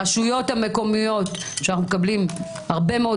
הרשויות המקומיות שאנחנו מקבלים הרבה מאוד